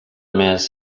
mes